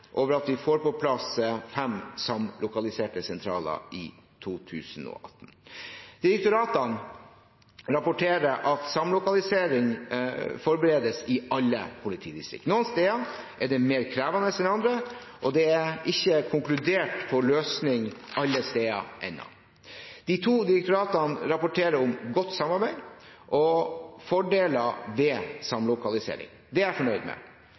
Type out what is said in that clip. over at vi får på plass fem samlokaliserte sentraler i 2018. Direktoratene rapporterer at samlokalisering forberedes i alle politidistrikter. Noen steder er dette mer krevende enn andre, og det er ikke konkludert på løsning alle steder ennå. De to direktoratene rapporterer om godt samarbeid og fordeler ved samlokalisering. Det er jeg fornøyd med.